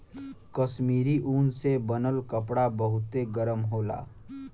कश्मीरी ऊन से बनल कपड़ा बहुते गरम होला